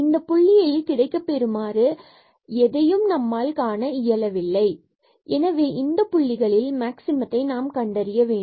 இந்த புள்ளியில் கிடைக்க பெறுமாறு எதையும் நம்மால் காண இயலவில்லை மற்றும் எனவே இந்த புள்ளிகளில் மேக்சிமத்தை நாம் கண்டறிய வேண்டும்